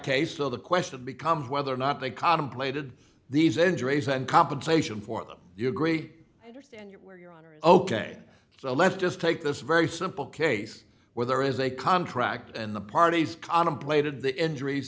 case so the question becomes whether or not they contemplated these injuries and compensation for them you agree ok so let's just take this very simple case where there is a contract and the parties contemplated the injuries